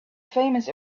famous